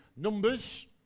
Numbers